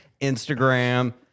Instagram